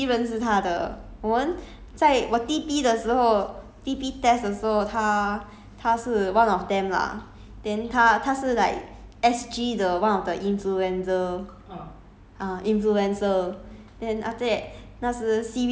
我在我在 err 那个 C_D_C 认识她的我们在我 T_P 的时候 T_P test 的时候她她是 one of them lah then 她她是 like S_G 的 one of the influencer